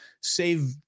save